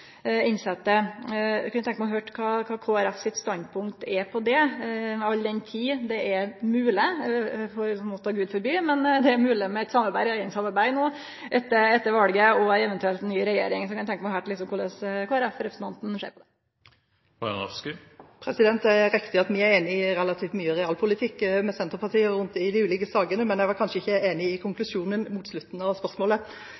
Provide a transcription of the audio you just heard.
innsette. Eg kunne tenkt meg å høyre kva Kristeleg Folkeparti sitt standpunkt er på det området, all den tid det er mogleg – måtte gud forby, men det er mogleg – med eit regjeringssamarbeid no etter valet i ei ny regjering. Eg kunne tenkje meg å høyre korleis representanten frå Kristeleg Folkeparti ser på det. Det er riktig at vi er enig med Senterpartiet i relativt mye realpolitikk i de ulike sakene, men jeg er kanskje ikke enig i